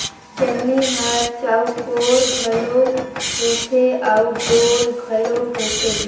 चलनी हर चउकोर घलो होथे अउ गोल घलो होथे